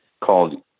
called